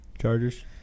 Chargers